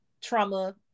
trauma